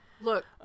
Look